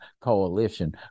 coalition